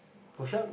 push up